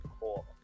Cool